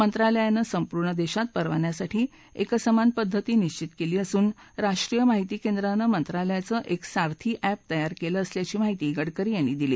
मंत्रालयानं संपूर्ण देशात परवान्यासाठी एकसमान पद्धती निशित केली असून राष्ट्रीय माहिती केंद्रानं मंत्रालयाचं एक सारथी एप तयार केलं असल्याची माहिती गडकरी यांनी यावेळी दिली